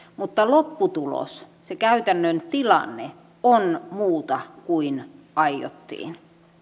mutta lopputulos se käytännön tilanne on muuta kuin aiottiin